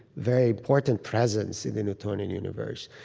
very important presence in the newtonian universe.